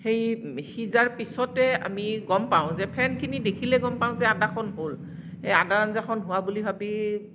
সেই সিজাৰ পিছতে আমি গম পাওঁ যে ফেনখিনি দেখিলেই গম পাওঁ যে আদাখন হ'ল এই আদাৰ আঞ্জাখন হোৱা বুলি ভাৱি